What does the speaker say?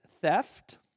theft